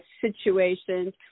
situations